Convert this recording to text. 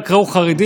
רק ראו חרדי.